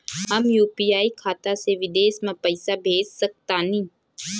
हम यू.पी.आई खाता से विदेश म पइसा भेज सक तानि?